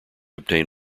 obtain